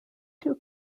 two